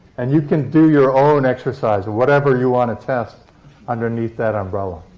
and you can do your own exercise whatever you want to test underneath that umbrella.